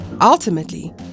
ultimately